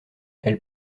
elle